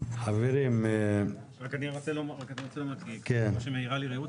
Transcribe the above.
רעות מעירה לי,